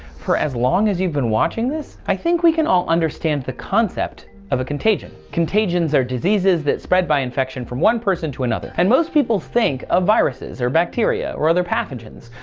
for as long as you've been watching this? i think we can all understand the concept of a contagion contagions or diseases that spread by infection from one person to another and most people think of viruses or bacteria or other pathogens,